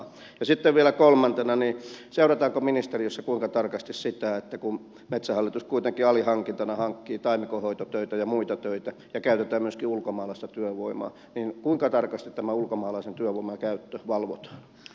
ja sitten vielä kolmantena niin seurata kun ministeriössä ovat tarkasti sitä että kun metsähallitus kuitenkin alihankintana hankkii taimikonhoitotöitä ja muita töitä ja käytetään myöskin ulkomaalaista työvoimaa niin kuinka tarkasti tätä ulkomaalaisen työvoiman käyttöä valvotaan ministeriössä